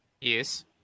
Yes